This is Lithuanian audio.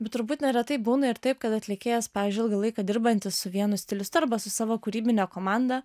bet turbūt neretai būna ir taip kad atlikėjas pavyzdžiui ilgą laiką dirbantis su vienu stilistu arba su savo kūrybine komanda